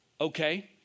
okay